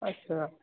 अच्छा